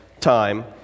time